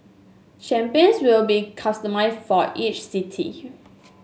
champions will be customised for each city